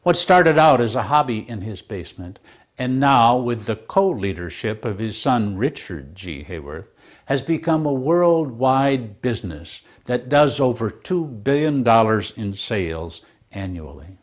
what started out as a hobby in his basement and now with the cold leadership of his son richard g hayward has become a worldwide business that does over two billion dollars in sales annually